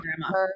grandma